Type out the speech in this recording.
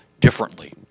differently